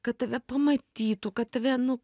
kad tave pamatytų kad tave nu